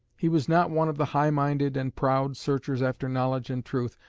he was not one of the high-minded and proud searchers after knowledge and truth,